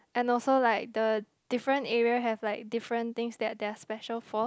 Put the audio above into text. and also like the different area have like different things that they are special for